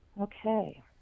Okay